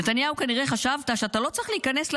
נתניהו, כנראה חשבת שאתה לא צריך להיכנס לאירוע.